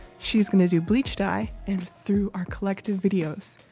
she's gonna do bleach dye and through our collective videos.